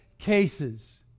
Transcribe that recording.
cases